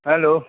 hello